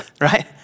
Right